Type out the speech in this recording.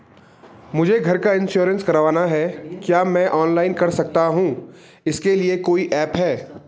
मुझे घर का इन्श्योरेंस करवाना है क्या मैं ऑनलाइन कर सकता हूँ इसके लिए कोई ऐप है?